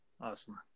Awesome